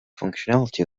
functionality